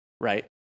right